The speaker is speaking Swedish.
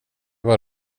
var